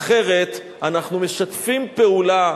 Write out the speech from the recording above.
אחרת אנחנו משתפים פעולה,